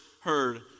heard